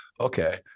okay